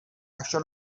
això